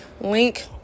link